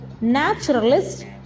naturalist